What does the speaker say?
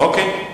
אוקיי.